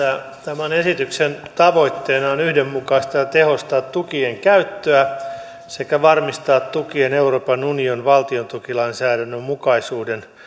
tämän esityksen tavoitteena on yhdenmukaistaa ja tehostaa tukien käyttöä sekä varmistaa tukien euroopan unionin valtiontukilainsäädännön mukaisuuden